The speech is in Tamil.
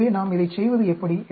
எனவே நாம் இதைச் செய்வது எப்படி